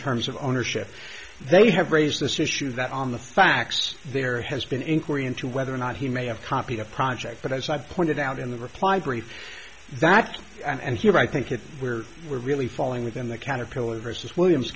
terms of ownership they have raised this issue that on the facts there has been inquiry into whether or not he may have a copy of project but as i've pointed out in the reply brief that and here i think it where we're really falling within the caterpillar versus williams